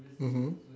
mmhmm